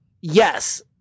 Yes